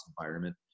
environment